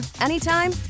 anytime